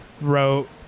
wrote